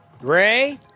Ray